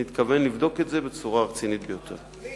אני מתכוון לבדוק את זה בצורה רצינית ביותר.